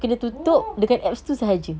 oh